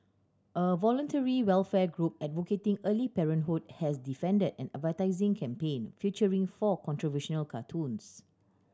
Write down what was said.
a voluntary welfare group advocating early parenthood has defended an advertising campaign featuring four controversial cartoons